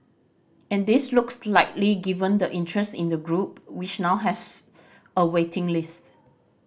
and this looks likely given the interest in the group which now has a waiting lists